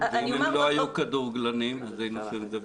ואם הם לא היו כדורגלנים והם היו עושים את זה?